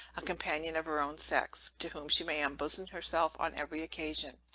a companion of her own sex, to whom she may unbosom herself on every occasion.